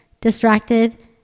distracted